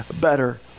better